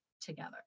together